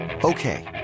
Okay